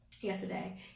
yesterday